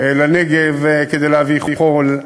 לנגב כדי להביא חול,